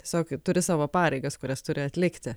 tiesiog turi savo pareigas kurias turi atlikti